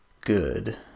good